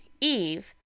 Eve